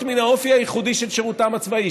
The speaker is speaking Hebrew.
מן האופי הייחודי של שירותם הצבאי,